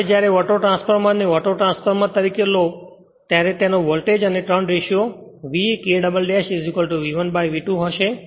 હવે જ્યારે ઓટોટ્રાન્સફોર્મરને ઓટોટ્રાન્સફોર્મરતરીકે લો ત્યારે તેનો વોલ્ટેજ અને turn ratio V K V1V2 હશે